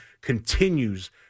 continues